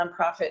nonprofit